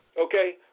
okay